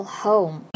home